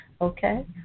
okay